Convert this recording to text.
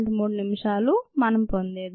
3 నిమిషాలు మనం పొందేది